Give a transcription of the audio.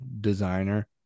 designer